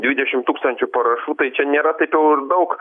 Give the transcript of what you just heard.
dvidešim tūkstančių parašų tai čia nėra taip jau ir daug